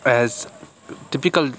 as typical